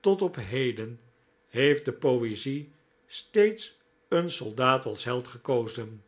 tot op heden heeft de poezie steeds een soldaat als held gekozen